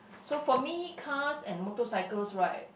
so for me cars and motorcycles right